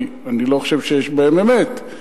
כי אני לא חושב שיש בהם אמת.